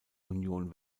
union